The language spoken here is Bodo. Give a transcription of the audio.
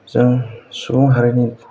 जों सुबुं हारिनि